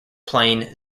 plain